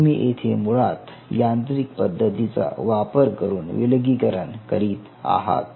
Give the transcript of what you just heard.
तुम्ही येथे मुळात यांत्रिक पद्धतीचा वापर करून विलगीकरण करीत आहात